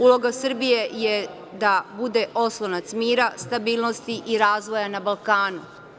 Uloga Srbije je da bude oslonac mira, stabilnosti i razvoja na Balkanu.